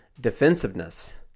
defensiveness